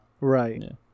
right